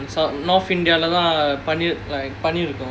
mm sou~ north india like பனி இருக்கும்:pani irukkum